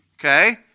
okay